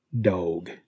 dog